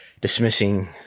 dismissing